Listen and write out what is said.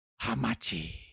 Hamachi